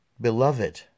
Beloved